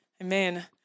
Amen